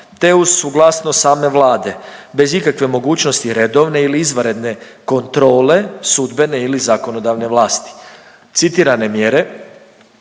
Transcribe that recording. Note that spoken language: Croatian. te uz suglasnost same Vlade bez ikakve mogućnosti redovne ili izvanredne kontrole sudbene ili zakonodavne vlasti. Citirane mjere